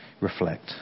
reflect